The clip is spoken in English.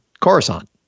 Coruscant